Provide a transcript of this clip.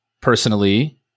personally